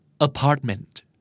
Apartment